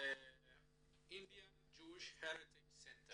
Indian Jewish Heritage Center.